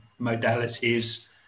modalities